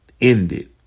ended